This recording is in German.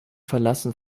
verlassen